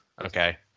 Okay